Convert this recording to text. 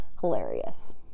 hilarious